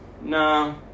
no